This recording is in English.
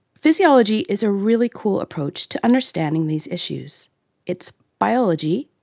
physiology is a really cool approach to understanding these issues it's biology,